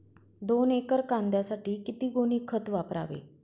दोन एकर कांद्यासाठी किती गोणी खत वापरावे?